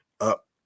up